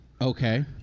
Okay